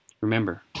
Remember